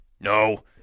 No